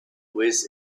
with